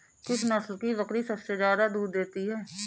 किस नस्ल की बकरी सबसे ज्यादा दूध देती है?